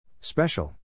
Special